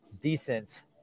decent